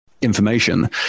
information